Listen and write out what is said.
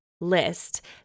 list